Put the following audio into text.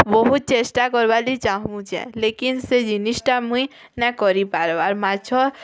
ବହୁତ୍ ଚେଷ୍ଟା କର୍ବା ଲାଗି ଚାହୁଁଛେ ଲେକିନ୍ ସେ ଜିନିଷ୍ଟା ମୁଇଁ ନାଁ କରିପାରବାର୍ ମାଛ